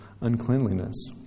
uncleanliness